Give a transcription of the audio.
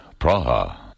Praha